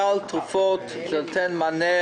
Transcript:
סל התרופות נותן מענה,